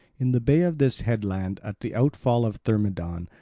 in the bay of this headland, at the outfall of thermodon,